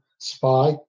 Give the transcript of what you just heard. spy